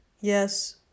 yes